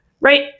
right